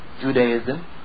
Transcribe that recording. Judaism